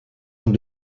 ont